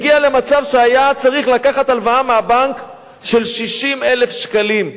הגיע למצב שהיה צריך לקחת הלוואה מהבנק של 60,000 שקלים.